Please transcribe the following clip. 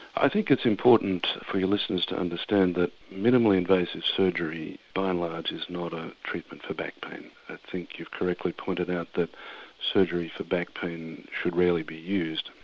i think it's important for your listeners to understand that minimally invasive surgery by and large is not a treatment for back pain, i think you've correctly pointed out that surgery for back pain should rarely be used,